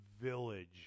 village